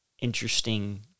interesting